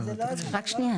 בכל מקרה,